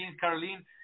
Caroline